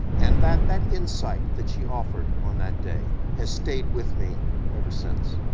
and that that insight that she offered on that day has stayed with me ever since.